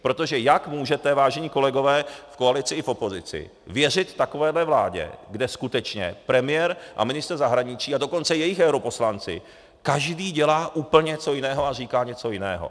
Protože jak můžete, vážení kolegové v koalici i v opozici, věřit takovéhle vládě, kde skutečně premiér a ministr zahraničí, a dokonce jejich europoslanci každý dělá úplně něco jiného a říká něco jiného?